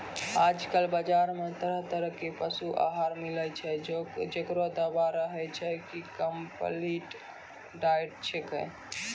आजकल बाजार मॅ तरह तरह के पशु आहार मिलै छै, जेकरो दावा रहै छै कि कम्पलीट डाइट छेकै